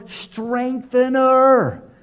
strengthener